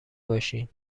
باشین